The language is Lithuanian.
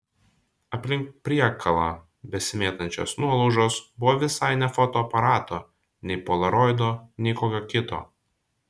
aplink priekalą besimėtančios nuolaužos buvo visai ne fotoaparato nei polaroido nei kokio kito